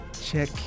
check